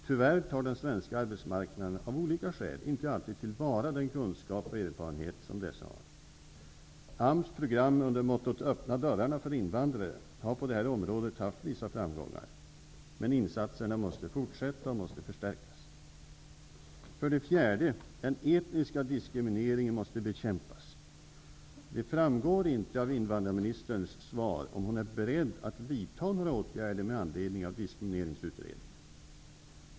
Tyvärr tar den svenska arbetsmarknaden, av olika skäl, inte alltid till vara den kunskap och erfarenhet som dessa invandrare har. AMS program under mottot Öppna dörrarna för invandrare har på det här området haft vissa framgångar. Men insatserna måste forsätta och de måste förstärkas. 4. Den etniska diskrimineringen måste bekämpas. Det framgår inte av invandrarministerns svar om hon är beredd att vidta några åtgärder med anledning av Diskrimineringsutredningen.